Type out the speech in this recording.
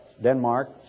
Denmark